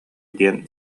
диэн